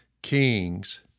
Kings